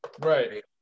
right